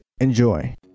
Enjoy